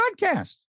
podcast